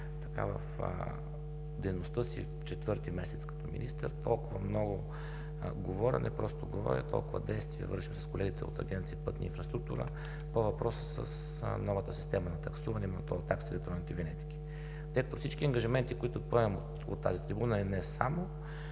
в дейността си четвърти месец като министър, толкова много говорене, толкова действия върша с колегите от Агенция „Пътна инфраструктура“ по въпроса с новата система на таксуване на тол таксите за електронните винетки. Тъй като всички ангажименти, които поемам от тази трибуна и не само,